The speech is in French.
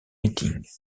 meetings